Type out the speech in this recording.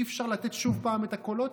אי-אפשר לתת לה שוב את הקולות.